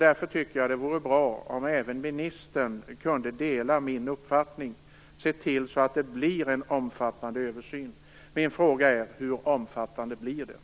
Därför tycker jag att det vore bra om även ministern kunde dela min uppfattning och se till att det blir en omfattande översyn. Min fråga är: Hur omfattande blir den?